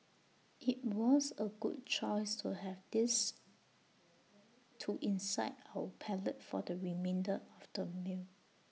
IT was A good choice to have this to incite our palate for the remainder of the meal